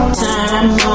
time